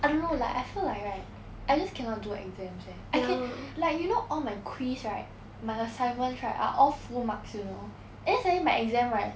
I don't know like I feel like right I just cannot do exams eh I can like you know all my quiz right my assignments right are all full marks you know and then suddenly my exam right